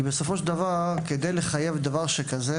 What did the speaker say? בסופו של דבר, אם נחייב דבר שכזה